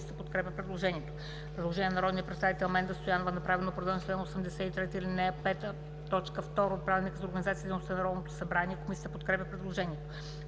Комисията подкрепя предложението.